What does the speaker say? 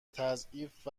تعضیف